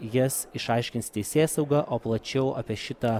jas išaiškins teisėsauga o plačiau apie šitą